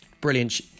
brilliant